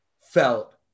felt